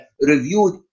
reviewed